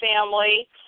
family